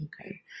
Okay